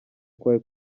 kwawe